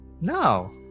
no